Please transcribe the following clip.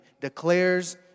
declares